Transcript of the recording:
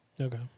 Okay